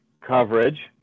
coverage